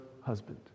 husband